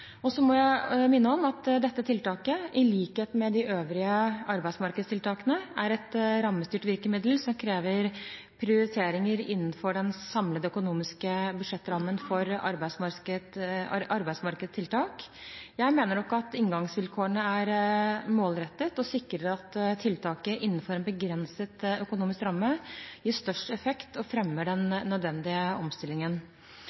Jeg minner om at dette tiltaket, i likhet med de øvrige arbeidsmarkedstiltakene, er et rammestyrt virkemiddel som krever prioriteringer innen den samlede økonomiske budsjettrammen for arbeidsmarkedstiltak. Jeg mener nok at inngangsvilkårene er målrettede, og sikrer at tiltaket innenfor en begrenset økonomisk ramme gir størst effekt og fremmer